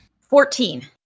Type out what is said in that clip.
Fourteen